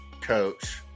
coach